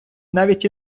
навіть